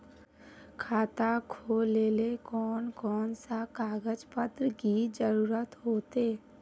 खाता खोलेले कौन कौन सा कागज पत्र की जरूरत होते?